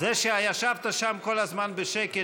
זה שישבת שם כל הזמן בשקט,